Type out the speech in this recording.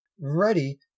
ready